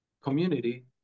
community